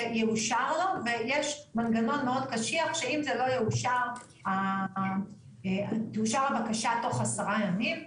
יאושר ויש מנגנון מאוד קשיח שאם זה לא תאושר הבקשה תוך עשרה ימים,